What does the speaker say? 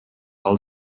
all